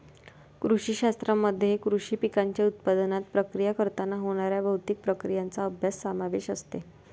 कृषी शास्त्रामध्ये कृषी पिकांच्या उत्पादनात, प्रक्रिया करताना होणाऱ्या भौतिक प्रक्रियांचा अभ्यास समावेश असते